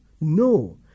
No